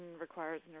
requires